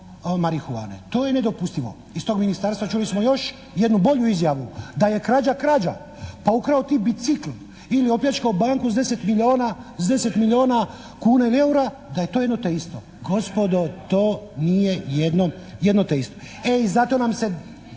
To je nedopustivo. Iz tog ministarstva čuli smo još jednu bolju izjavu, da je krađa krađa. Pa ukrao ti bicikl ili opljačkao banku s 10 milijuna kuna ili eura da je to jedno te isto. Gospodo to nije jedno te isto. E i zato nam se